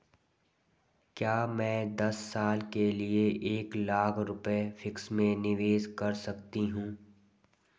क्या मैं दस साल के लिए एक लाख रुपये फिक्स में निवेश कर सकती हूँ?